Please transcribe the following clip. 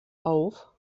auf